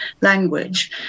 language